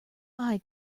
eye